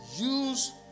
use